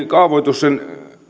kaavoituksen